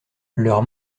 leurs